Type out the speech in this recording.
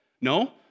No